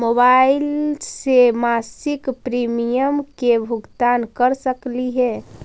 Mobile से मासिक premium के भुगतान कर सकली हे?